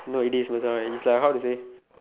no it is Macha is like how to say